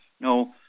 no